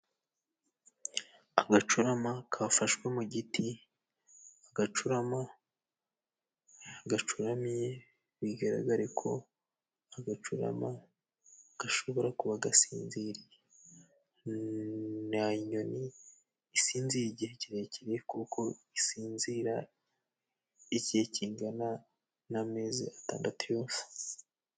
Agacurama kafashwe mu giti, agacurama gacuramye bigaragare ko agacurama gashobora kuba gasinziriye. Ni inyoni isinziriye igihe kirekire kuko isinzira igihe kingana n'amezi atandatu yose.